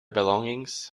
belongings